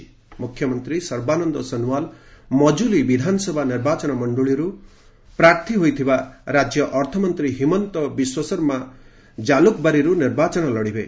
ମ୍ରଖ୍ୟମନ୍ତ୍ରୀ ସର୍ବାନନ୍ଦ ସୋନୱାଲ ମଜୁଲୀ ବିଧାନସଭା ନିର୍ବାଚନମଣ୍ଡଳୀରୁ ପ୍ରାର୍ଥୀ ହୋଇଥିବାବେଳେ ରାଜ୍ୟ ଅର୍ଥମନ୍ତ୍ରୀ ହିମନ୍ତ ବିଶ୍ୱଶର୍ମା କାଲୁକ୍ବାରୀରୁ ନିର୍ବାଚନ ଲଢିବେ